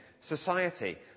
society